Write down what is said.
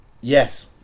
Yes